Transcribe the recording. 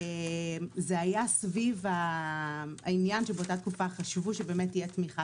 זה היה סביב העניין שבאותה תקופה חשבו שתהיה תמיכה